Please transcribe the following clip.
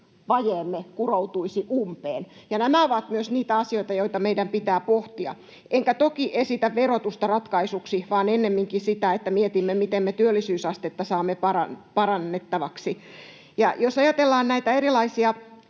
kestävyysvajeemme kuroutuisi umpeen. Myös nämä ovat niitä asioita, joita meidän pitää pohtia. Enkä toki esitä verotusta ratkaisuksi, vaan ennemminkin sitä, että mietimme, miten me työllisyysastetta saamme parannetuksi. Jos ajatellaan näitä erilaisia